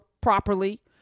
properly